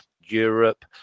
Europe